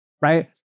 right